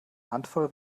handvoll